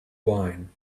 wine